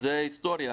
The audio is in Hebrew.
זה היסטוריה.